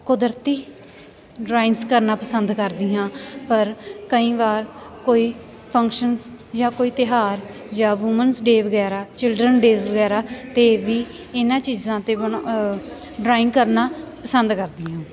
ਕੁਦਰਤੀ ਡਰਾਇੰਗਸ ਕਰਨਾ ਪਸੰਦ ਕਰਦੀ ਹਾਂ ਪਰ ਕਈ ਵਾਰ ਕੋਈ ਫੰਕਸ਼ਨਸ ਜਾਂ ਕੋਈ ਤਿਉਹਾਰ ਜਾਂ ਵੂਮੈਨਸ ਡੇ ਵਗੈਰਾ ਚਿਲਡਰਨ ਡੇਜ਼ ਵਗੈਰਾ 'ਤੇ ਵੀ ਇਹਨਾਂ ਚੀਜ਼ਾਂ ਤੇ ਬਣ ਡਰਾਇੰਗ ਕਰਨਾ ਪਸੰਦ ਕਰਦੀ ਹਾਂ